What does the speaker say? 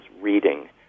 reading